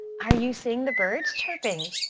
are you seeing the birds chirping?